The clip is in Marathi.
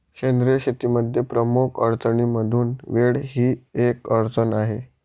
सेंद्रिय शेतीमध्ये प्रमुख अडचणींमधून वेळ ही एक अडचण आहे